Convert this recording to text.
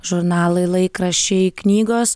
žurnalai laikraščiai knygos